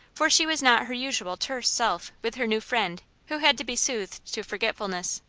for she was not her usual terse self with her new friend who had to be soothed to forgetfulness.